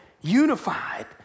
unified